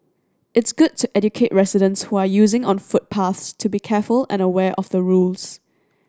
it's good to educate residents who are using on footpaths to be careful and aware of the rules